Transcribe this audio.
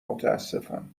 متاسفم